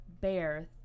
Bear